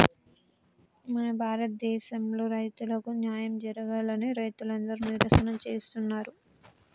మన భారతదేసంలో రైతులకు న్యాయం జరగాలని రైతులందరు నిరసన చేస్తున్నరు